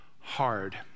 hard